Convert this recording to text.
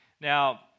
Now